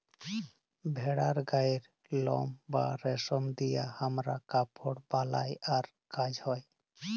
ভেড়ার গায়ের লম বা রেশম দিয়ে হামরা কাপড় বালাই আর কাজ হ্য়